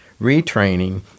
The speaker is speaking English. retraining